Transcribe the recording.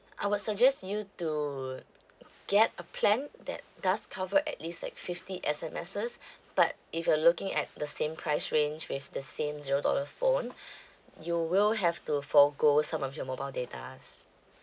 I will suggest you to get a plan that does cover at least like fifty S_M_Ss but if you're looking at the same price range with the same zero dollar phone you will have to forgo some of your mobile datas